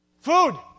Food